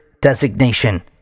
designation